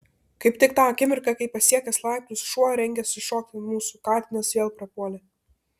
kaip tik tą akimirką kai pasiekęs laiptus šuo rengėsi šokti ant mūsų katinas vėl prapuolė